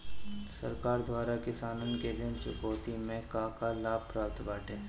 सरकार द्वारा किसानन के ऋण चुकौती में का का लाभ प्राप्त बाटे?